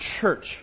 church